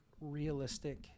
realistic